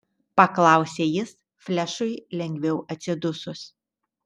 paklausė jis flešui lengviau atsidusus